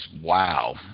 wow